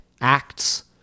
acts